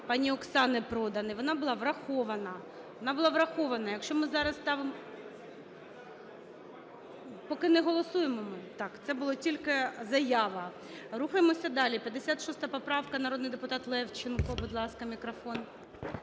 пані Оксани Продан, і вона була врахована, вона була врахована. Якщо ми зараз ставимо… Поки не голосуємо ми? Так, це була тільки заява. Рухаємося далі. 56 поправка. Народний депутат Левченко, будь ласка, мікрофон.